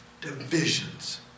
divisions